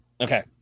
okay